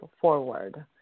forward